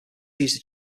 used